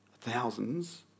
thousands